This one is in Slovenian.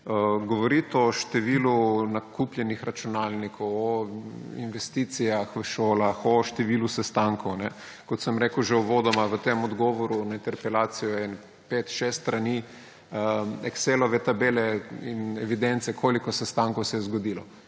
Govoriti o številu nakupljenih računalnikov, o investicijah v šolah, o številu sestankov, kot sem rekel že uvodoma v tem odgovoru na interpelacijo, je pet, šest strani excelove tabele in evidence, koliko sestankov se je zgodilo.